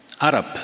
Arab